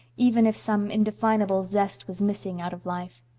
even if some indefinable zest was missing out of life.